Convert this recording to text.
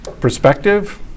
perspective